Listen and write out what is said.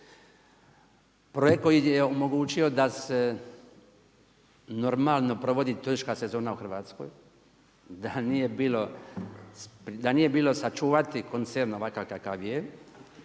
Projekt koji je omogućio da se normalno provodi turistička sezona u Hrvatskoj, da nije bilo sačuvati koncern ovakav kakav je,